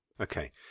okay